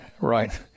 Right